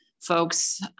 folks